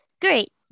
Great